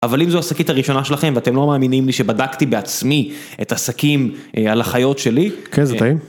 אבל אם זו השקית הראשונה שלכם ואתם לא מאמינים לי שבדקתי בעצמי את השקים על החיות שלי. כן, זה טעים?